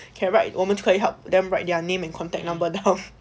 can write 我们就可以 help them write their name and contact number down